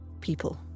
People